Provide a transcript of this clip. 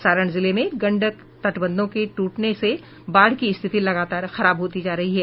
सारण जिले में गंडक तटबंधों के टूटने से बाढ़ की स्थिति लगातार खराब होती जा रही है